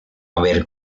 haber